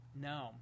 No